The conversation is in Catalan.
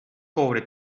coure